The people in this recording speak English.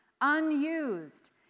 unused